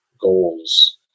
goals